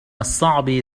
الصعب